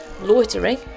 loitering